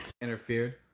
Interfered